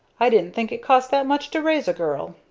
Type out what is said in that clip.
i didn't think it cost that much to raise a girl.